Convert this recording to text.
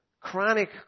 Chronic